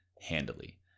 handily